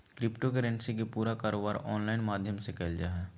crypto currency के पूरा कारोबार ऑनलाइन माध्यम से क़इल जा हइ